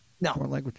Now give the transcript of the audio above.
No